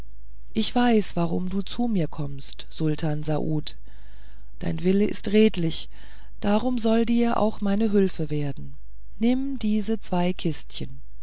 ich weiß warum du zu mir kommst sultan saaud dein wille ist redlich darum soll dir auch meine hülfe werden nimm diese zwei kistchen